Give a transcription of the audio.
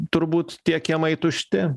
turbūt tie kiemai tušti